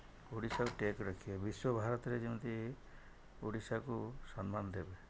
ଓଡ଼ିଶାର ଟେକ ରଖିବା ବିଶ୍ଵ ଭାରତରେ ଯେମିତି ଓଡ଼ିଶାକୁ ସମ୍ମାନ ଦେବେ